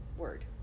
word